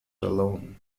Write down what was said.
alone